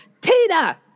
Tina